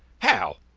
how?